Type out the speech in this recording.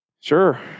Sure